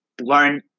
learn